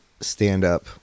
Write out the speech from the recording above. stand-up